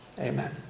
amen